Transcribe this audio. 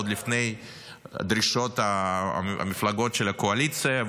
עוד לפני דרישות המפלגות של הקואליציה,